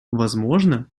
возможно